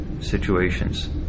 situations